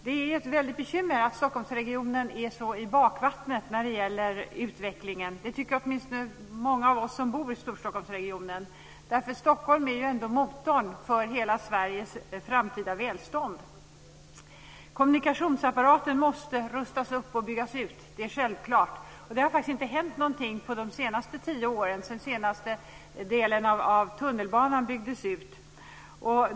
Det är ett bekymmer att Stockholmsregionen är så i bakvattnet när det gäller utvecklingen. Det tycker åtminstone många av oss som bor i Storstockholmsregionen. Stockholm är ändå motorn för hela Sveriges framtida välstånd. Kommunikationsapparaten måste rustas upp och byggas ut. Det är självklart. Det har faktiskt inte hänt någonting på de senaste tio åren sedan den senaste delen av tunnelbanan byggdes ut.